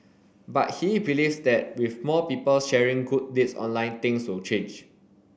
but he believes that with more people sharing good deeds online things will change